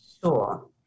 Sure